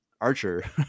archer